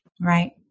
Right